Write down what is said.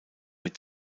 mit